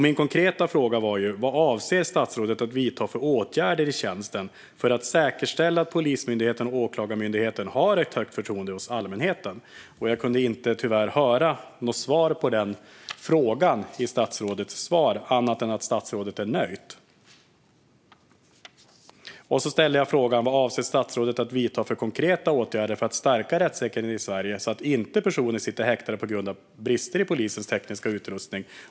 Min konkreta fråga var: Vad avser statsrådet att i tjänsten vidta för åtgärder för att säkerställa att Polismyndigheten och Åklagarmyndigheten har ett högt förtroende hos allmänheten? Jag kunde tyvärr inte höra något svar på den frågan i statsrådets svar, annat än att han är nöjd. Jag ställde också frågan: Vad avser statsrådet att vidta för konkreta åtgärder för att stärka rättssäkerheten i Sverige, så att personer inte sitter häktade på grund av brister i polisens tekniska utrustning?